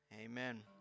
amen